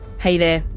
hey there,